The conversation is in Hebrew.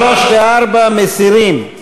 3 ו-4 מסירים.